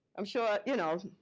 i'm sure, you know,